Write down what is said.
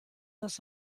das